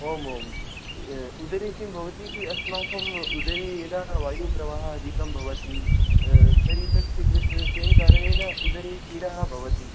आम् आम् उदरे किं भवति कि अस्माकम् उदरे यदा वायुप्रवाहः अधिकं भवति तर्हि तस्य कृते तेन कारणेन उदरे पीडाः भवति